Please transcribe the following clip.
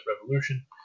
Revolution